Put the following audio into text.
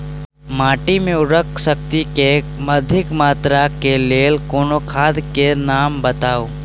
माटि मे उर्वरक शक्ति केँ अधिक मात्रा केँ लेल कोनो खाद केँ नाम बताऊ?